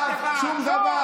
צהר.